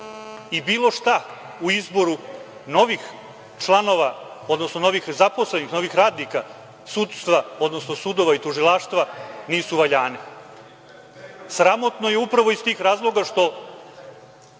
i bilo šta u izboru novih članova, odnosno novih zaposlenih, novih radnika sudstva, odnosno sudova i tužilaštva, nisu valjani. Sramotno je upravo iz tih razloga što,